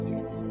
Yes